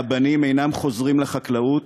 הבנים אינם חוזרים לחקלאות,